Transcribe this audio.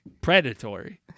predatory